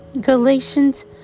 Galatians